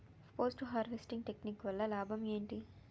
Post harvesting technique వల్ల లాభం ఏంటి?